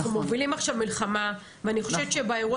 אנחנו מובילים עכשיו מלחמה ואני חושבת שבאירוע